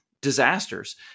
disasters